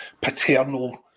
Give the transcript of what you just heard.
paternal